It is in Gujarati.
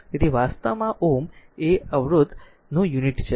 તેથી વાસ્તવમાં Ω એ અવરોધ અવરોધનું યુનિટ છે